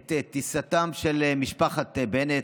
את טיסתה של משפחת בנט.